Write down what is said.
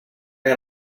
got